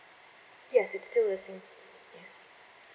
yes it's still the same yes